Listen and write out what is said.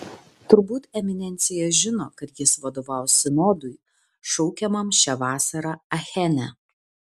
turbūt eminencija žino kad jis vadovaus sinodui šaukiamam šią vasarą achene